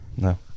no